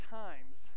times